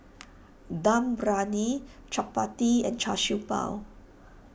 Dum Briyani Chappati and Char Siew Bao